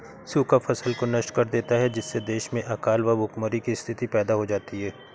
सूखा फसल को नष्ट कर देता है जिससे देश में अकाल व भूखमरी की स्थिति पैदा हो जाती है